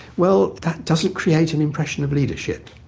well, that doesn't create an impression of leadership.